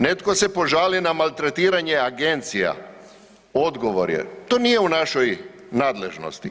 Netko se požali na maltretiranje agencija, odgovor je to nije u našoj nadležnosti.